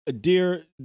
Dear